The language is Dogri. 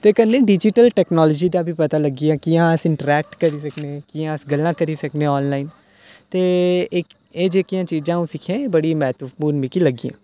ते कन्नै डीजिटल टैक्नोलोजी दा बी पता लग्गी गेआ कियां अस इंट्रैक्ट करी सकने कियां अस गल्लां करी सकने आनलाइन ते एह् ज जेह्कियां चीजां ओह् अ'ऊं सिक्खियां एह् बड़ी महत्वपूर्ण मिगी लग्गियां